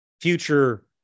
future